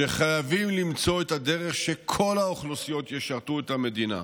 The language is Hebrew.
שחייבים למצוא את הדרך שבה כל האוכלוסיות ישרתו את המדינה,